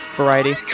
variety